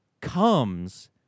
comes